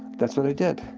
that's what i did.